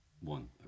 one